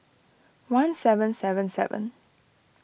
one seven seven seven